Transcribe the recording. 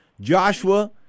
Joshua